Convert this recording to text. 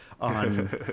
on